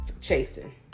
chasing